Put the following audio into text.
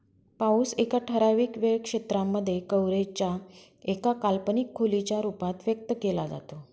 पाऊस एका ठराविक वेळ क्षेत्रांमध्ये, कव्हरेज च्या एका काल्पनिक खोलीच्या रूपात व्यक्त केला जातो